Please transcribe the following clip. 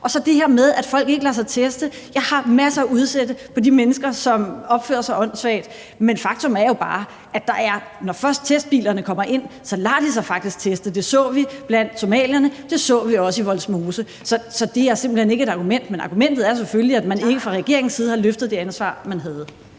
Til det her med, at folk ikke lader sig teste, vil jeg sige, at jeg har masser at udsætte på de mennesker, som opfører sig åndssvagt, men faktum er jo bare, at når først testbilerne kommer ind, så lader de sig faktisk teste – det så vi blandt somalierne, og det så vi også i Vollsmose. Så det er simpelt hen ikke et argument, for sagen er selvfølgelig, at man ikke fra regeringens side har løftet det ansvar, man havde.